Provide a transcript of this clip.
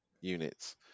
units